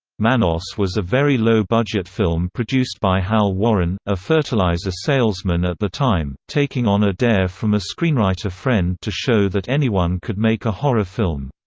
manos was a very low-budget film produced by hal warren, a fertilizer salesman at the time, taking on a dare from a screenwriter friend to show that anyone could make a horror film.